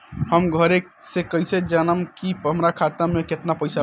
हम घरे से कैसे जानम की हमरा खाता मे केतना पैसा बा?